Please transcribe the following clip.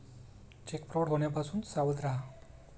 check fraud होण्यापासून सावध रहा